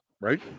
right